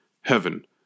heaven